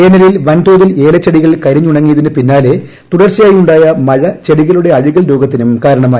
വേനലിൽ വൻതോതിൽ ഏലച്ചെടികൾ കരിഞ്ഞുണങ്ങിയതിനു പിന്നാലെ തുടർച്ചയായുണ്ടായ മഴ ചെടികളുടെ അഴുകൽ രോഗത്തിനും കാരണമായി